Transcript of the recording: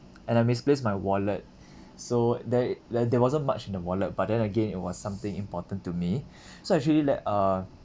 and I misplaced my wallet so there there wasn't much in the wallet but then again it was something important to me so actually let uh